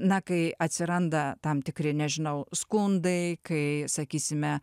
na kai atsiranda tam tikri nežinau skundai kai sakysime